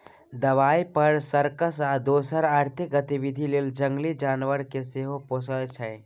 दबाइ, फर, सर्कस आ दोसर आर्थिक गतिबिधि लेल जंगली जानबर केँ सेहो पोसय छै